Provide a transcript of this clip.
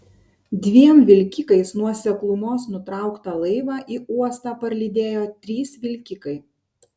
dviem vilkikais nuo seklumos nutrauktą laivą į uostą parlydėjo trys vilkikai